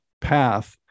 path